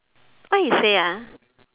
what he say ah